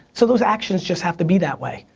so those actions just have to be that way,